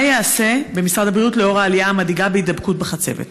מה ייעשה במשרד הבריאות לנוכח העלייה המדאיגה בהידבקות בחצבת?